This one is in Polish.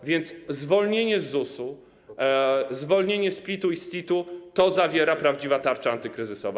A więc zwolnienie z ZUS-u, zwolnienie z PIT-u i z CIT-u - to zawiera prawdziwa tarcza antykryzysowa.